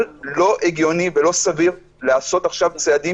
אבל לא הגיוני ולא סביר לעשות עכשיו צעדים